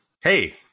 Hey